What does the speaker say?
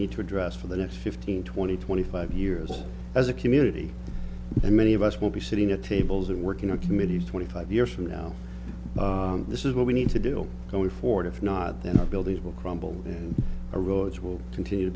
need to address for the next fifteen twenty twenty five years as a community and many of us will be sitting at tables or working a committee twenty five years from now this what we need to do going forward if not then the buildings will crumble and a roads will continue to